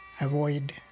avoid